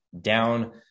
down